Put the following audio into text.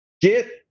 Get